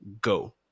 go